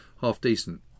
half-decent